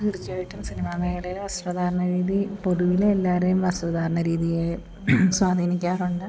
തീർച്ചയായിട്ടും സിനിമാമേഖലയിലെ വസ്ത്രധാരണ രീതി പൊതുവിൽ എല്ലാവരെയും വസ്ത്രധാരണ രീതിയെ സ്വാധീനിക്കാറുണ്ട്